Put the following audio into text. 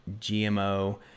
GMO